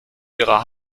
ihrer